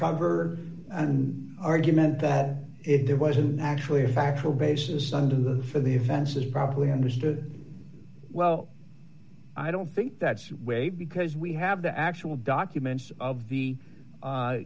cover and argument that it was actually a factual basis under the for the events is probably understood well i don't think that way because we have the actual documents of the